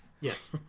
Yes